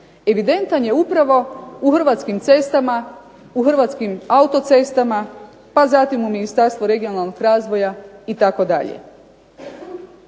Evidentan je upravo u Hrvatskim cestama, u Hrvatskim autocestama, pa zatim u Ministarstvu regionalnog razvoja itd.